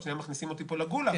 עוד שניה מכניסים אותי פה לגולאג.